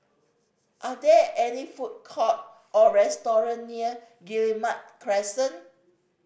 are there any food court or restaurant near Guillemard Crescent